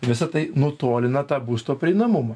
visa tai nutolina tą būsto prieinamumą